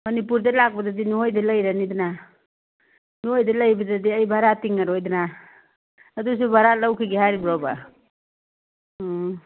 ꯃꯅꯤꯄꯨꯔꯗ ꯂꯥꯛꯄꯗꯗꯤ ꯅꯈꯣꯏꯗ ꯂꯩꯔꯅꯤꯗꯅ ꯅꯈꯣꯏꯗ ꯂꯩꯕꯗꯗꯤ ꯑꯩ ꯚꯔꯥ ꯇꯤꯡꯂꯔꯣꯏꯗꯅ ꯑꯗꯨꯁꯨ ꯚꯔꯥ ꯂꯧꯈꯤꯒꯦ ꯍꯥꯏꯔꯤꯕ꯭ꯔꯣꯕ ꯎꯝ